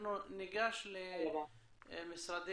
אנחנו ניגש למשרדי